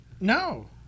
No